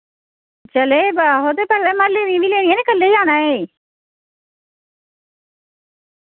चले आहो ते पैह्ले म्हल्ले दी बी लेनियां नी कल्ले जाना ई